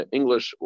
English